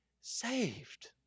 saved